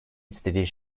istediği